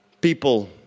people